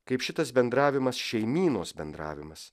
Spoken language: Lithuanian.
kaip šitas bendravimas šeimynos bendravimas